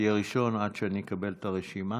תהיה ראשון עד שאקבל את הרשימה.